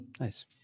Nice